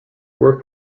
work